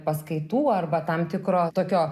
paskaitų arba tam tikro tokio